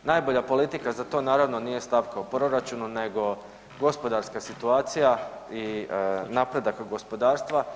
Najbolja politika za to naravno nije stavka u proračunu nego gospodarska situacija i napredak gospodarstva.